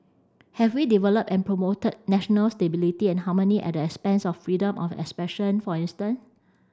have we developed and promoted national stability and harmony at the expense of freedom of expression for instance